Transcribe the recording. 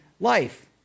life